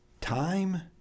time